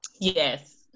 Yes